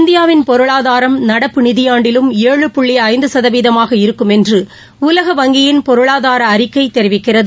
இந்தியாவின் பொருளாதாரம் நடப்பு நிதியாண்டிலும் ஏழு புள்ளிஐந்துசதவீதமாக இருக்கும் என்றுஉலக வங்கியின் பொருளாதாரஅறிக்கைதெரிவிக்கிறது